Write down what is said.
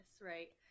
right